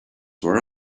were